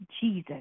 Jesus